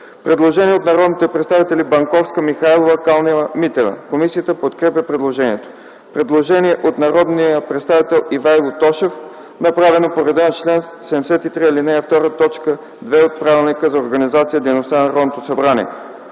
Предложение от народните представители Банковска, Михайлова, Калнева-Митева. Комисията подкрепя предложението. Предложение от народния представител Ивайло Тошев, направено по реда на чл. 73, ал. 2, т. 2 от Правилника за организацията и дейността на Народното събрание.